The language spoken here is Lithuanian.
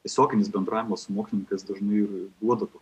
tiesioginis bendravimas su mokslininkais dažnai ir duoda